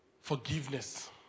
Forgiveness